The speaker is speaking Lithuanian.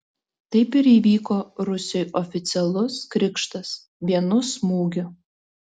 taip ir įvyko rusioj oficialus krikštas vienu smūgiu